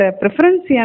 preference